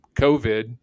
COVID